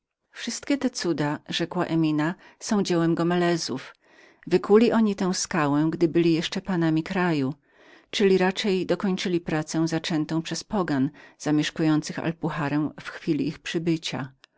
wszystkie te cuda rzekła emina są dziełem gomelezów wykuli oni tę skałę podczas gdy byli jeszcze panami kraju czyli raczej dokończyli pracę zaczętą przez pogan zamieszkujących alpuharę w chwili ich przybycia